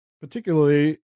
particularly